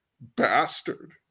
bastard